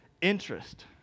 interest